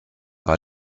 war